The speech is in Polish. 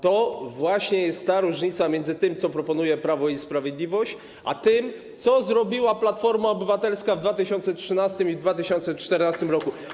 To jest właśnie ta różnica między tym, co proponuje Prawo i Sprawiedliwość, a tym, co zrobiła Platforma Obywatelska w 2013 r. i w 2014 r.